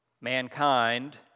Mankind